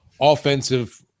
offensive